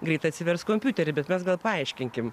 greit atsivers kompiuterį bet mes gal paaiškinkim